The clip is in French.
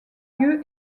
lieu